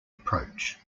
approach